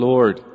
Lord